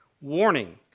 Warning